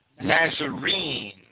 Nazarene